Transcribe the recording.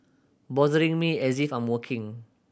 bothering me as if I'm working